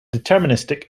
deterministic